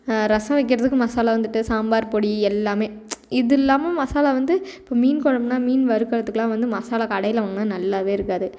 ரசம் வைக்கிறதுக்கும் மசாலா வந்துட்டு சாம்பார் பொடி எல்லாமே இதுல்லாமல் மசாலா வந்து இப்போ மீன் கொழம்புனா மீன் வறுக்கிறதுக்குலாம் வந்து மசாலா கடையில் வாங்கினா நல்லாவே இருக்காது